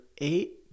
eight